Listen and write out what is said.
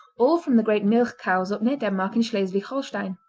all from the great milch cows up near denmark in schleswig-holstein.